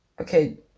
okay